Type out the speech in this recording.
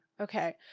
Okay